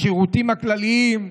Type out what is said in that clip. בשירותים הכלליים,